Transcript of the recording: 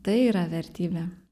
tai yra vertybė